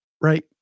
right